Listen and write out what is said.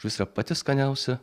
žuvis yra pati skaniausia